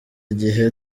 igihe